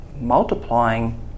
multiplying